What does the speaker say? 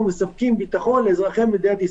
מספקים ביטחון לאזרחי מדינת ישראל.